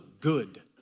good